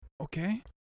Okay